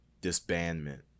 disbandment